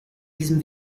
diesem